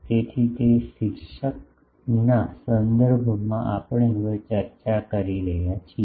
તેથી તે શિર્ષકના સંદર્ભમાં આપણે હવે ચર્ચા કરી રહ્યા છીએ